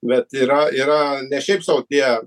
bet yra yra ne šiaip sau tie